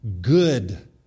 good